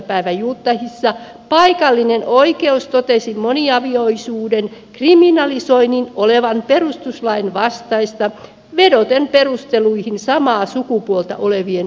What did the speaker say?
päivä utahissa paikallinen oikeus totesi moniavioisuuden kriminalisoinnin olevan perustuslain vastaista vedoten samaa sukupuolta olevien avioliittojen perusteluihin